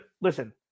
listen